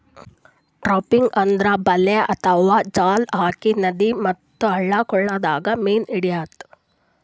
trapping ಅಂದ್ರ ಬಲೆ ಅಥವಾ ಜಾಲ್ ಹಾಕಿ ನದಿ ಮತ್ತ್ ಹಳ್ಳ ಕೊಳ್ಳದಾಗ್ ಮೀನ್ ಹಿಡ್ಯದ್